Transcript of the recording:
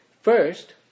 First